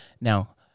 Now